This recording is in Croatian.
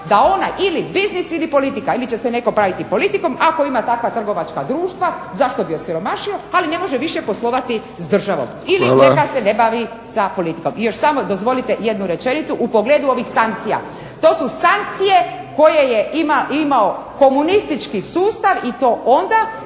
da ona ili biznis ili politika, ili će se netko baviti politikom, ako ima takva trgovačka društva zašto bi osiromašio, ali ne može poslovati s državom. Ili neka se ne bavi sa politikom. I još samo dozvolite jednu rečenicu, u pogledu ovih sankcija. To su sankcije koje je imao komunistički sustav, i to onda